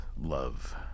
love